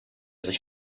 sich